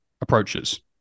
approaches